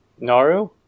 Naru